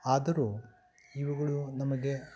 ಆದರೂ ಇವುಗಳು ನಮಗೆ